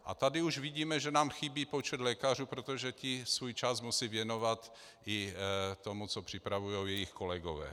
A tady už vidíme, že nám chybí počet lékařů, protože ti svůj čas musí věnovat i tomu, co připravují jejich kolegové.